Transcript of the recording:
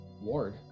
ward